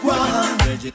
one